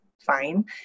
Fine